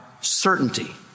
certainty